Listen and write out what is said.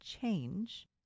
change